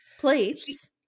plates